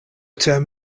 term